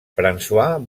françois